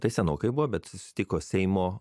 tai senokai buvo bet susitiko seimo